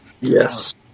Yes